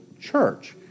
church